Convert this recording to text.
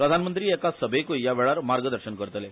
प्रधानमंत्री एका सभेकूय यावेळार मार्गदर्शन करतले